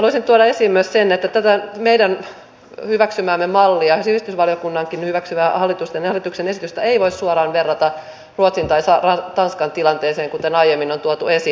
haluaisin tuoda esiin myös sen että tätä meidän hyväksymäämme mallia sivistysvaliokunnankin hyväksymää hallituksen esitystä ei voi suoraan verrata ruotsin tai tanskan tilanteeseen kuten aiemmin on tuotu esiin